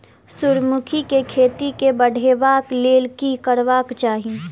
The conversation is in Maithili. सूर्यमुखी केँ खेती केँ बढ़ेबाक लेल की करबाक चाहि?